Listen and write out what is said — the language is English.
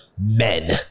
Men